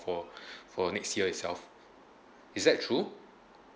for for next year itself is that true